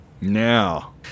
Now